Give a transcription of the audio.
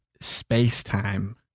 space-time